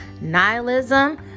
nihilism